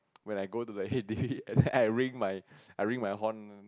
but when I go to the Head D and then I ring my I ring my horn